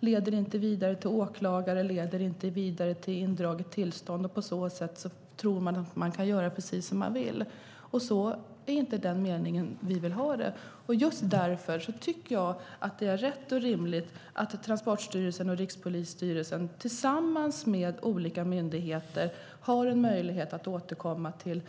Det leder inte vidare till åklagare och indraget tillstånd, och därför tror man att man kan göra precis som man vill. Så vill vi inte ha det, och just därför tycker jag att det är rätt och rimligt att Transportstyrelsen och Rikspolisstyrelsen tillsammans med olika myndigheter har en möjlighet att återkomma till